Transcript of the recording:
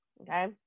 okay